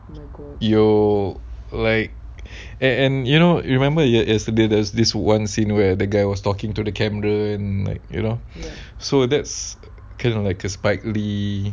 your like and you know you remember yesterday there's this one scene where the guy was talking to the camera and like you know so that's kinda like a spike lee